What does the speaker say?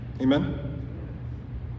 Amen